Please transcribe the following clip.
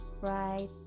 right